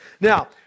Now